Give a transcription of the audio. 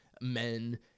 men